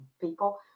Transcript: people